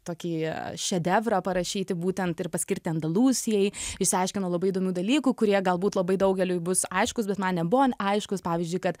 tokį šedevrą parašyti būtent ir paskirti andalūzijai išsiaiškinau labai įdomių dalykų kurie galbūt labai daugeliui bus aiškūs bet man nebuvo aiškus pavyzdžiui kad